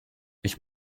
ich